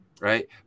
right